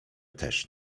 też